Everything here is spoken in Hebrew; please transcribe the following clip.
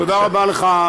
תודה רבה לך,